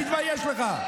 תתבייש לך.